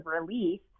relief